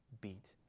beat